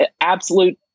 absolute